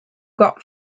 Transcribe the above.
got